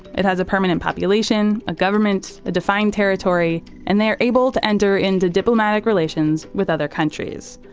it has a permanent population, a government, a defined territory, and they are able to enter into diplomatic relations with other countries.